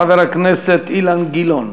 חבר הכנסת אילן גילאון.